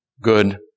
good